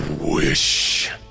wish